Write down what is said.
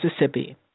Mississippi